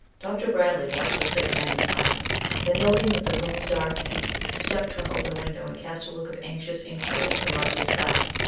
dr. bradley watched the sick man in silence, then noting that the room was darkening, he stepped to an open window and cast a look of anxious inquiry at the murky sky.